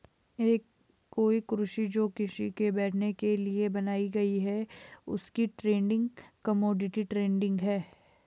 कोई कुर्सी जो किसी के बैठने के लिए बनाई गयी है उसकी ट्रेडिंग कमोडिटी ट्रेडिंग है